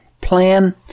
plan